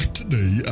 today